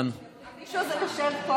המישהו הזה יושב פה,